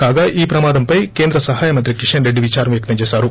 కాగా ఈ ప్రమాదంపై కేంద్ర సహాయ మంత్రి కిషన్ రెడ్డి విచారం వ్యక్తం చేసారు